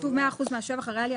כשכתוב 100 אחוזים מהשבח הריאלי,